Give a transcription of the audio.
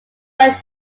word